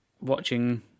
watching